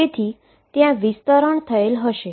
તેથી ત્યા સ્પ્રેડ થયેલ હશે